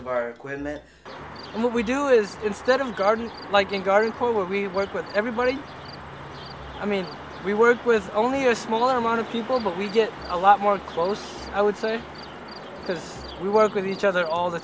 what we do is instead of garden like in garden where we work with everybody i mean we work with only a small amount of people but we get a lot more close i would say because we work with each other all the